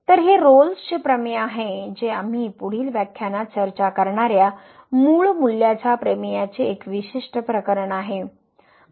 तर हे रोल्सचे प्रमेय आहे जे आम्ही पुढील व्याख्यानात चर्चा करणार्या मूळ मूल्याच्या प्रमेयाचे एक विशिष्ट प्रकरण आहे